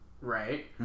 right